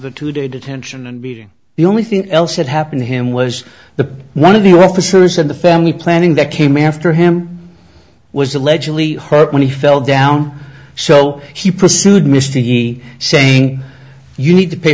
the two day detention and beating the only thing else had happened to him was the one of the officers in the family planning that came after him was allegedly hurt when he fell down so he pursued mr he saying you need to pay